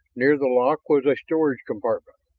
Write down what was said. near the lock was a storage compartment.